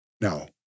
Now